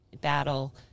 battle